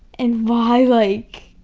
and why like